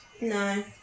No